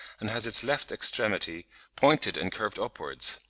and has its left extremity pointed and curved upwards.